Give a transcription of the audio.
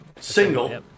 single